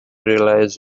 realize